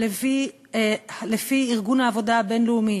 שלפי ארגון העבודה הבין-לאומי,